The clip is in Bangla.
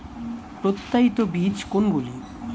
প্রত্যায়িত বীজ কোনগুলি?